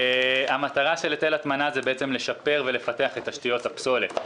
המטרה של היטל הטמנה זה לשפר ולפתח את תשתיות הפסולת.